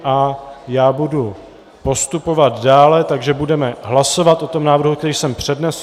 A já budu postupovat dále, takže budeme hlasovat o tom návrhu, který jsem přednesl.